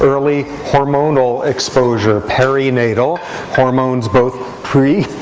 early hormonal exposure, parenatal hormones both pre,